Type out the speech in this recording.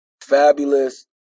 Fabulous